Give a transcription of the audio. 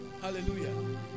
hallelujah